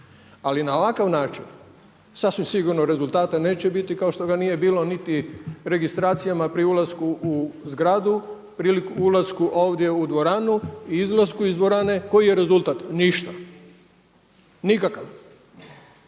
Ali na ovakav način sasvim sigurno rezultata neće biti kao što ga nije bilo niti registracijama pri ulasku u zgradu, pri ulasku ovdje u dvoranu i izlasku iz dvorane. Koji je rezultat? Ništa, nikakav.